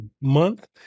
month